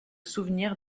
souvenir